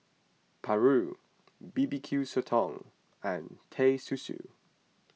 Paru B B Q Sotong and Teh Susu